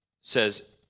says